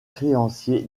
créanciers